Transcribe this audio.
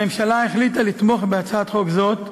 הממשלה החליטה לתמוך בהצעת חוק זו,